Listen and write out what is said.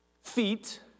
feet